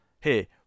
hey